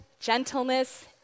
gentleness